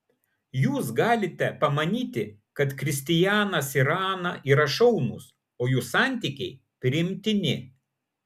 jūs galite pamanyti kad kristijanas ir ana yra šaunūs o jų santykiai priimtini